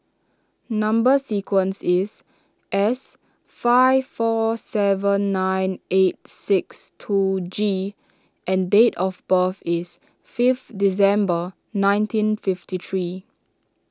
Number Sequence is S five four seven nine eight six two G and date of birth is fifth December nineteen fifty three